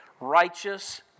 righteous